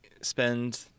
spend